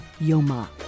Yoma